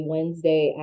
Wednesday